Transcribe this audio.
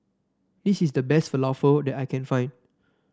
this is the best Falafel that I can find